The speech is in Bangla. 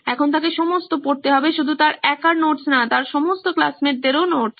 এখন তাকে সমস্ত পড়তে হবে শুধু তার একার নোটস না তার সমস্ত ক্লাসমেটদেরও নোটস